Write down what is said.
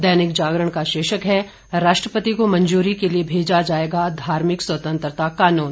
दैनिक जागरण का शीर्षक है राष्ट्रपति को मंजूरी के लिए भेजा जाएगा धार्मिक स्वतंत्रता कानून